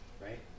Right